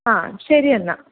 ആ ശരിയെന്നാൽ